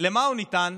למה הוא ניתן?